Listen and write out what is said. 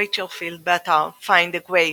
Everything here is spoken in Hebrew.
רייצ'ל פילד, באתר "Find a Grave"